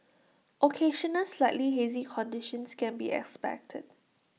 occasional slightly hazy conditions can be expected